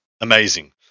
Amazing